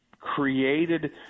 created –